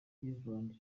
iceland